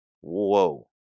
Whoa